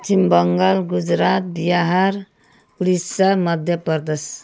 Paschim Bengal Gujarat Bihar Odisha Madhya Pradesh